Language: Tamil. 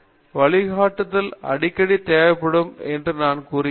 பேராசிரியர் ரவீந்திர ஜெட்டூ வழிகாட்டுதல் அடிக்கடி தேவைப்படும் என்று நான் கூறுவேன்